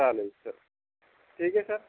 चालेल सर ठीक आहे सर